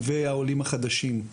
והעולים החדשים.